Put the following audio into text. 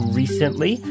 recently